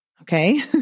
Okay